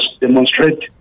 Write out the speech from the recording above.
demonstrate